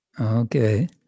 Okay